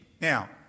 Now